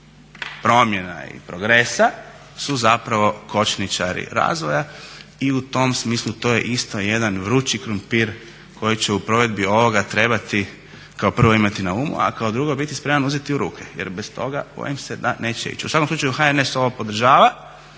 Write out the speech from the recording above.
promjena i progresa su zapravo kočničari razvoja. I u tom smislu to je isto jedan vrući krumpir koji će u provedbi ovoga trebati kao prvo imati na umu, a kao drugo biti spreman uzeti u ruke. Jer bez toga bojim se da neće ići. U svakom slučaju HNS ovo podržava